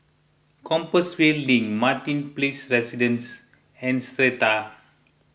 Compassvale Link Martin Place Residences and Strata